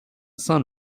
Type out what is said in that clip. sun